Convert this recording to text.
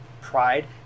pride